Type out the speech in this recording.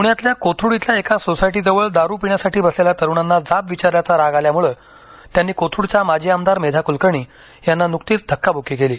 प्ण्यातल्या कोथरूड इथल्या एका सोसायटीजवळ दारू पिण्यासाठी बसलेल्या तरुणांना जाब विचारल्याचा राग आल्यामुळे त्यांनी कोथरुडच्या माजी आमदार मेधा कुलकर्णी यांना नुकतीच धक्कावुक्की केली